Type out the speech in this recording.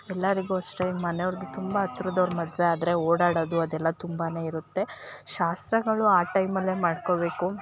ಎಲ್ಲರಿಗೂ ಅಷ್ಟೇ ಮನೆಯವ್ರದ್ದು ತುಂಬ ಹತ್ರದೌರ ಮದುವೆ ಆದರೆ ಓಡಾಡೋದು ಅದೆಲ್ಲ ತುಂಬಾ ಇರುತ್ತೆ ಶಾಸ್ತ್ರಗಳು ಆ ಟೈಮಲ್ಲೆ ಮಾಡ್ಕೋಬೇಕು